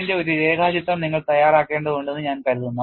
ഇതിന്റെ ഒരു രേഖാചിത്രം നിങ്ങൾ തയ്യാറാക്കേണ്ടതുണ്ടെന്ന് ഞാൻ കരുതുന്നു